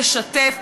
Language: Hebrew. לשתף,